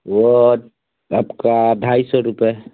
वो आपका ढाई सौ रुपए